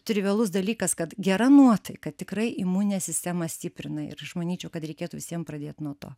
trivialus dalykas kad gera nuotaika tikrai imuninę sistemą stiprina ir aš manyčiau kad reikėtų visiem pradėt nuo to